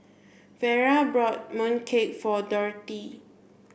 Vara bought mooncake for Dorthey